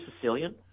Sicilian